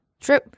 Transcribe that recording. True